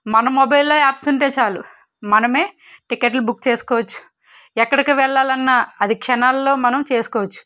మన మొబైల్లో యాప్స్ ఉంటే చాలు మనం టికెట్లు బుక్ చేసుకోవచ్చు ఎక్కడికి వెళ్ళాలన్న అది క్షణాలలో మనం చేసుకోవచ్చు